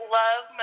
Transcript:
love